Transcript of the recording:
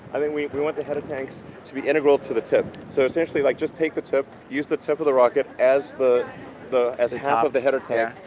i mean, we we want the header tanks to be integral to the tip, so seriously, like just take the tip, use the tip of the rocket as the the half of the header tank,